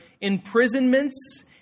imprisonments